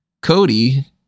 Cody